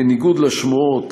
בניגוד לשמועות,